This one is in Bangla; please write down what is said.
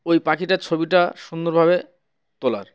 ওই পাখিটার ছবিটা সুন্দরভাবে তোলার